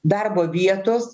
darbo vietos